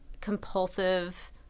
compulsive